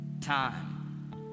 time